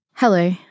Hello